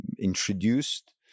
introduced